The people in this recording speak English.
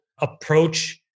approach